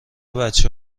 بچه